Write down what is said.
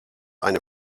eine